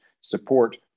support